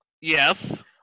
Yes